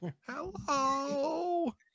Hello